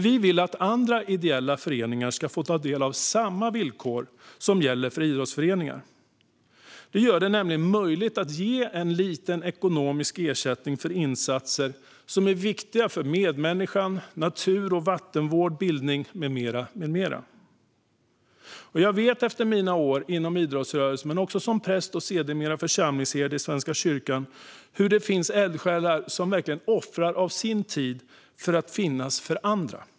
Vi vill att andra ideella föreningar ska få ta del av samma villkor som gäller för idrottsföreningar. Det gör det nämligen möjligt att ge en liten ekonomisk ersättning för insatser som är viktiga för medmänniskan, natur och vattenvård, bildning med mera. Jag vet efter mina år inom idrottsrörelsen men också som präst och sedermera församlingsherde i Svenska kyrkan hur det finns eldsjälar som verkligen offrar av sin tid för att finnas för andra.